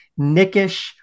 nickish